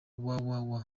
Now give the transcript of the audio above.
www